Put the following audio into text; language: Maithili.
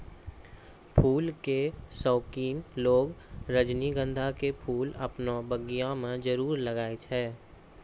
फूल के शौकिन लोगॅ रजनीगंधा के फूल आपनो बगिया मॅ जरूर लगाय छै